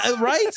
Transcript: right